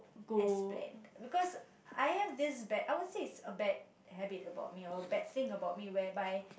as planned because I have this bad I would say it's a bad habit about me or a bad thing about me whereby